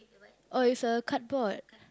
oh it's a cardboard